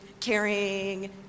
caring